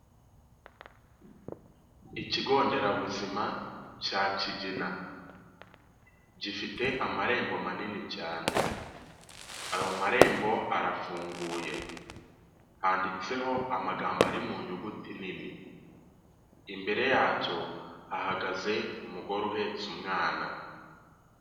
Ikigo nderabuzima cya Kigina gifite amarembo manini cyane, ayo marembo arafunguye handitseho amagambo ari mu nyuguti nini, imbere yacyo hahagaze umugore uhetse umwana.